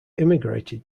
immigrated